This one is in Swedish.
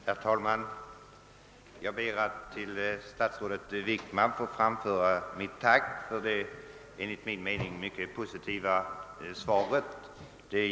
Herr talman! Jag ber att till statsrådet Wickman få framföra mitt tack för det enligt min mening mycket positiva svaret på min interpellation.